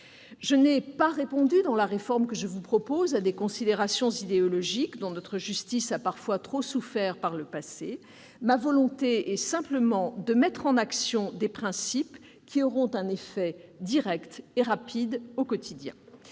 l'élaboration de la réforme que je vous propose, de considérations idéologiques dont notre justice a parfois trop souffert par le passé. Ma volonté est simplement de mettre en action des principes qui auront un effet direct et rapide au quotidien.